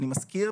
אני מזכיר,